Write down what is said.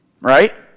Right